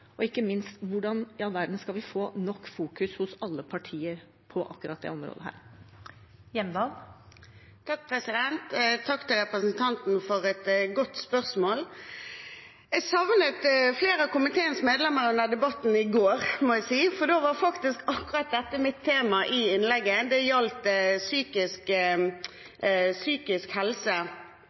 Og ikke minst: Hvordan i all verden skal vi få nok fokus hos alle partier på akkurat dette området? Takk til representanten for et godt spørsmål. Jeg savnet flere av komiteens medlemmer under debatten i går, må jeg si. For det var faktisk akkurat dette som var temaet i mitt innlegg. Det gjaldt psykisk helse